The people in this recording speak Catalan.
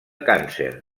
càncer